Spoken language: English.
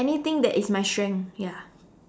anything that is my strength ya